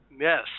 Yes